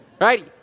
right